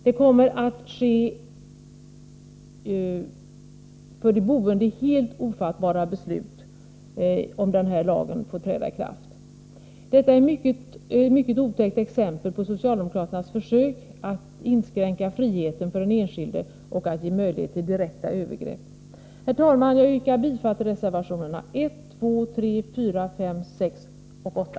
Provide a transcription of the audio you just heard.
Det kommer att fattas för de boende helt ofattbara beslut om denna lag får träda i kraft. Detta är ett mycket otäckt exempel på socialdemokraternas försök att inskränka friheten för den enskilde och att ge möjlighet till direkta övergrepp. Herr talman! Jag yrkar bifall till reservationerna 1, 2, 3, 4, 5, 6 och 8.